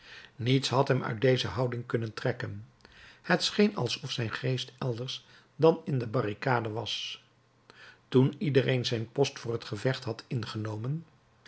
niets had hem uit deze houding kunnen trekken het scheen alsof zijn geest elders dan in de barricade was toen ieder zijn post voor het gevecht had ingenomen